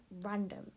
random